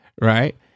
right